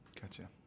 Gotcha